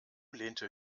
lehnte